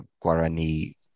Guarani